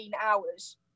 hours